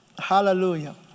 Hallelujah